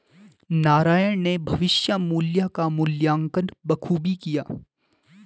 नारायण ने भविष्य मुल्य का मूल्यांकन बखूबी किया